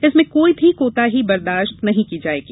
इसमें कोई भी कोताही बर्दाश्त नहीं की जाएगी